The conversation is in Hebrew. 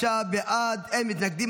25 בעד, אין מתנגדים.